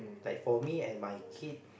like for me and my kid